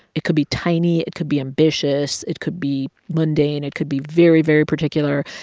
it could be tiny. it could be ambitious. it could be mundane. it could be very, very particular.